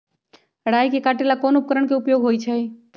राई के काटे ला कोंन उपकरण के उपयोग होइ छई?